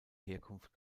herkunft